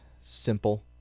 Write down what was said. simple